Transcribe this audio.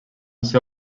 ser